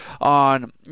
on